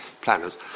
planners